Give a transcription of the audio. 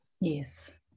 yes